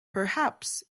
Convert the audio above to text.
perhaps